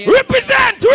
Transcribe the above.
Represent